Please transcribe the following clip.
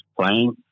playing